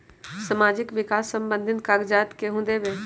समाजीक विकास संबंधित कागज़ात केहु देबे?